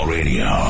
Radio